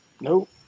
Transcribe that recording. nope